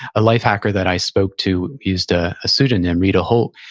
a life hacker that i spoke to used ah a pseudonym, rita holt.